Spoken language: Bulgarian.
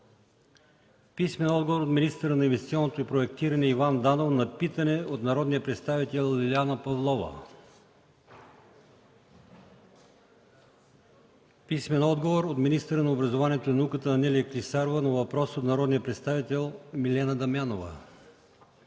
Гуджеров; - министъра на инвестиционното проектиране Иван Данов на питане от народния представител Лиляна Павлова; - министъра на образованието и науката Анелия Клисарова на въпрос от народния представител Милена Дамянова;